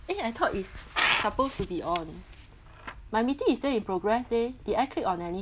eh I thought it's supposed to be on my meeting is still you progress leh did I click on any